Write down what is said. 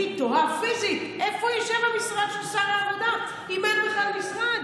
אני תוהה איפה ישב פיזית המשרד של שר העבודה אם אין בכלל משרד